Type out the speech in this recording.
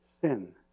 sin